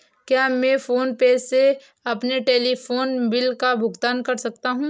क्या मैं PhonePe से अपने टेलीफोन बिल का भुगतान कर सकता हूँ?